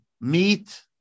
meat